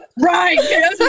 right